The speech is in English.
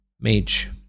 mage